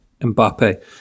Mbappe